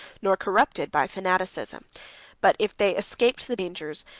nor corrupted by fanaticism but if they escaped the dangers,